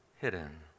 hidden